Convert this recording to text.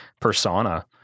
persona